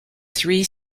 three